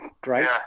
Great